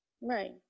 right